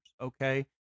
Okay